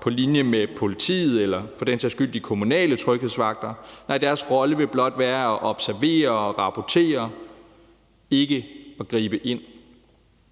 på linje med politiet eller for den sags skyld de kommunale tryghedsvagter, nej, deres rolle vil blot være at observere og rapportere, ikke at gribe ind.